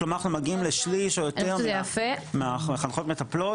כלומר אנחנו מגיעים לשליש או יותר מהמחנכות מטפלות,